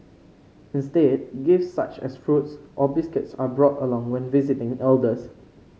instead gifts such as fruits or biscuits are brought along when visiting elders